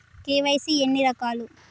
KYC ఎన్ని రకాలు?